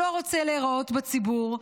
לא רוצה להיראות בציבור,